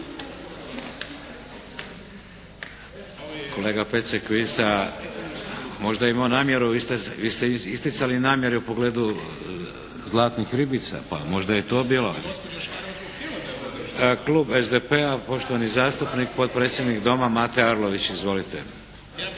Kolega Pecek vi ste isticali namjeru u pogledu zlatnih ribica pa možda je to bilo. Klub SDP-a, poštovani zastupnik potpredsjednik Doma Mato Arlović. Izvolite.